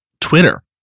Twitter